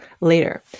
later